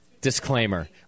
disclaimer